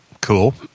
Cool